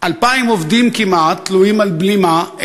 כמעט 2,000 עובדים תלויים על בלימה,